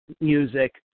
music